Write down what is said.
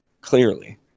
Clearly